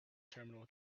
terminal